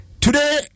today